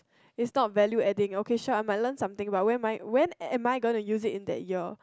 is not value adding okay sure I might learn something but when my when am I going to use it in that year